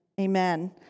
Amen